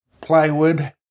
plywood